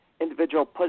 individual